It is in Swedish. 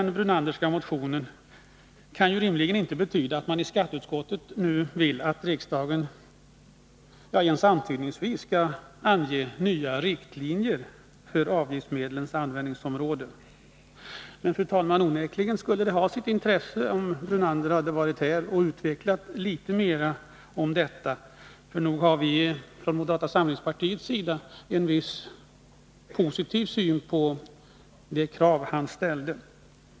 Avstyrkandet av motionen kan rimligen inte betyda att skatteutskottet nu vill att riksdagen ens antydningsvis skall ange nya riktlinjer för avgiftsmedlens användningsområde. Onekligen skulle det ha varit av intresse att Lennart Brunander här hade utvecklat detta. Från moderata samlingspartiets sida har vi en viss positiv syn på de krav som han har ställt.